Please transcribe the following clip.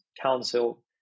council